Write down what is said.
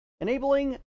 enabling